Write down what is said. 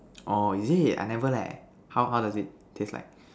orh is it I never leh how does it taste like